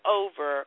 over